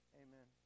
amen